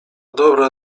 dobre